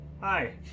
hi